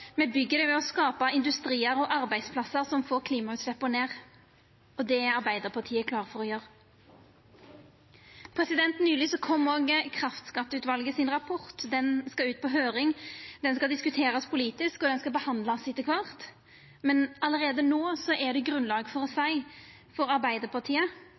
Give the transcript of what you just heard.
me byggjer det ved å skapa industriar og arbeidsplassar som får klimautsleppa ned, og det er Arbeidarpartiet klar for å gjera. Nyleg kom òg rapporten frå kraftskatteutvalet. Han skal ut på høyring, han skal diskuterast politisk, og han skal behandlast etter kvart. Men allereie no er det grunnlag for å seia at for oss i Arbeidarpartiet